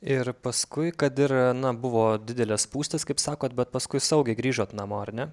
ir paskui kad ir na buvo didelė spūstis kaip sakot bet paskui saugiai grįžot namo ar ne